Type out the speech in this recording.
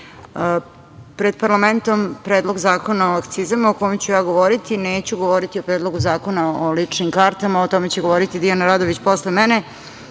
pred parlamentom je Predlog zakona o akcizama, o kome ću ja govoriti, neću govoriti o Predlogu zakona o ličnim kartama, o tome će govoriti Dijana Radović posle mene,